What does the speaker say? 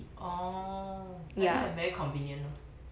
oh like that like very convenient lor